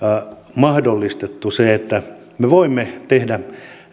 mahdollistettu se että me voimme tehdä